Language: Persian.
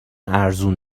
ارزون